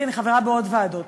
כי אני חברה בעוד ועדות,